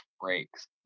breaks